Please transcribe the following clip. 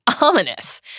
ominous